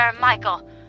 Michael